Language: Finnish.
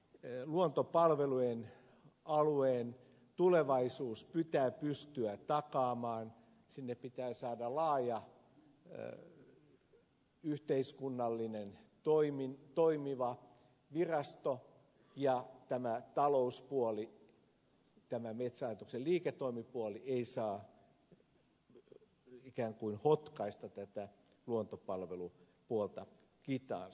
luontopalvelujen alueen tulevaisuus pitää pystyä takaamaan sinne pitää saada laaja yhteiskunnallinen toimiva virasto ja tämä talouspuoli metsähallituksen liiketoimipuoli ei saa ikään kuin hotkaista tätä luontopalvelupuolta kitaansa